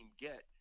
get